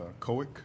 COIC